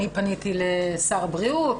אני פניתי לשר הבריאות,